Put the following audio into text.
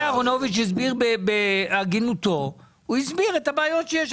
שי אהרונביץ' הסביר בהגינותו את הבעיות שיש,